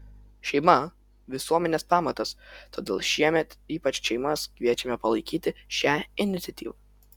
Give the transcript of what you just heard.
šeima visuomenės pamatas todėl šiemet ypač šeimas kviečiame palaikyti šią iniciatyvą